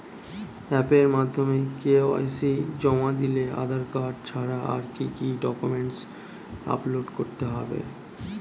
অ্যাপের মাধ্যমে কে.ওয়াই.সি জমা দিলে আধার কার্ড ছাড়া আর কি কি ডকুমেন্টস আপলোড করতে হবে?